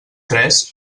tres